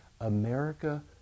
America